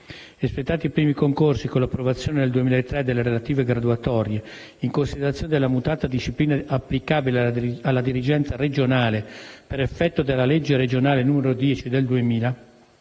Espletati i primi concorsi, con l'approvazione nel 2003 delle relative graduatorie, in considerazione della mutata disciplina applicabile alla dirigenza regionale per effetto della legge regionale n. 10 del 2000,